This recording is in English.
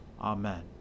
Amen